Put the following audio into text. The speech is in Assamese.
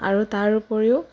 আৰু তাৰ উপৰিও